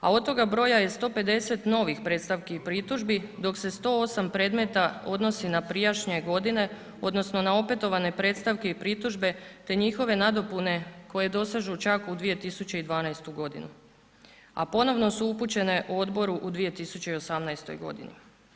A od toga broja je 150 novih predstavki i pritužbi dok se 108 predmeta odnosi na prijašnje godine odnosno na opetovane predstavke i pritužbe te njihove nadopune koje dosežu čak u 2012. godinu, a ponovno su upućene odboru u 2018. godini.